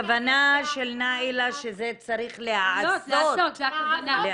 הכוונה של נאילה שזה צריך להיעשות -- זה הכוונה,